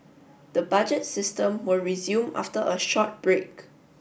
the budget system will resume after a short break